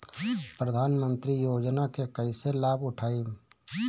प्रधानमंत्री योजना के कईसे लाभ उठाईम?